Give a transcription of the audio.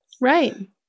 Right